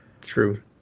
True